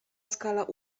skala